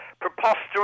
preposterous